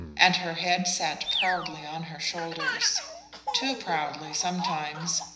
and her head sat proudly on her shoulders too proudly sometimes,